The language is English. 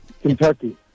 Kentucky